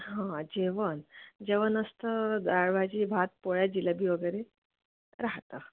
हां जेवण जेवण असतं डाळ भाजी भात पोळ्या जिलेबी वगैरे राहतं